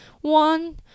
one